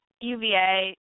UVA